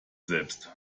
selbst